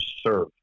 serve